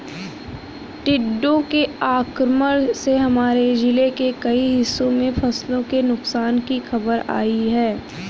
टिड्डों के आक्रमण से हमारे जिले के कई हिस्सों में फसलों के नुकसान की खबर आई है